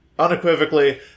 unequivocally